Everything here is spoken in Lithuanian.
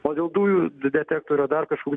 o dėl dujų detektorio dar kažko